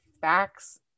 facts